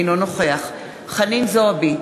אינו נוכח חנין זועבי,